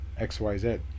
xyz